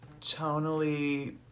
tonally